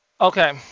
Okay